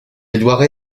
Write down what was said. édouard